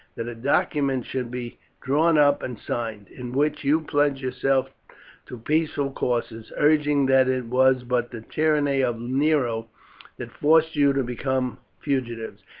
that a document should be drawn up and signed, in which you pledge yourself to peaceful courses, urging that it was but the tyranny of nero that forced you to become fugitives,